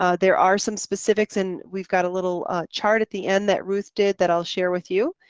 ah there are some specifics and we've got a little chart at the end that ruth did that i'll share with you.